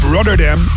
Rotterdam